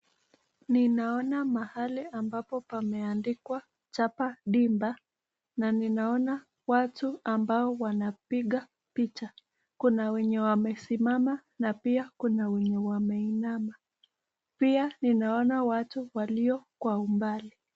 Ninaona mahali ambapo pameandikwa chapa dimba na ninaona watu ambao wanapiga picha. Kuna wenye wamesimama na pia kuna wenye wameinama. Pia ninaona watu walio kwa umbali.